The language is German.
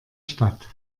stadt